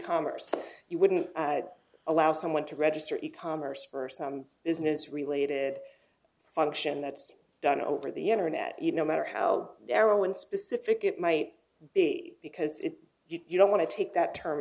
commerce you wouldn't allow someone to register e commerce for some business related function that's done over the internet you no matter how narrow and specific it might be because you don't want to take that term